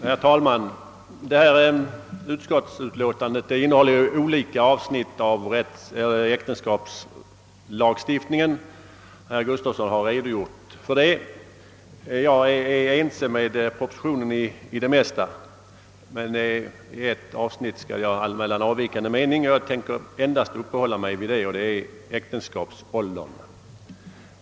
Herr talman! Första lagutskottets utlåtande behandlar ju olika avsnitt av äktenskapslagstiftningen; herr Gustafsson i Borås har redogjort för det. Jag biträder propositionen i det mesta, men i ett avsnitt skall jag anmäla avvikande mening, och jag tänker endast uppehålla mig vid det. Det gäller äktenskapsåldern.